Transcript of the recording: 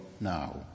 now